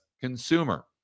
consumer